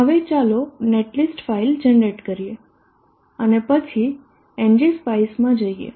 હવે ચાલો netlist file generate કરીએ અને પછી એનજીસ્પાઇસમાં જઈએ